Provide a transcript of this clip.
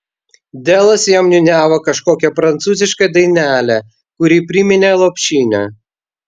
delas jam niūniavo kažkokią prancūzišką dainelę kuri priminė lopšinę